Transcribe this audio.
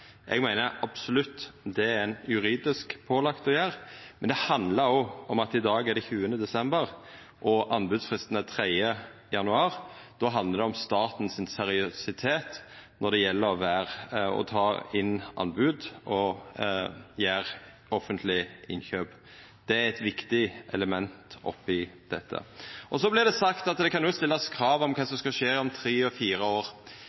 Eg meiner absolutt at det er ein juridisk pålagd å gjera, men det handlar òg om at i dag er det 20. desember, og anbodsfristen er 3. januar. Då handlar det om staten sin seriøsitet når det gjeld å ta inn anbod og gjera offentlege innkjøp. Det er eit viktig element oppi dette. Så vert det sagt at det kan òg stillast krav til kva som skal skje om tre og fire år.